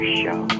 show